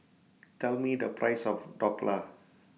Tell Me The Price of Dhokla